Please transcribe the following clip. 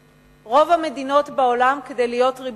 רוב המדינות בעולם, כדי להיות ריבוניות,